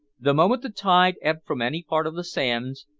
the moment the tide ebbed from any part of the sands,